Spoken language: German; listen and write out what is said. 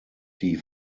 die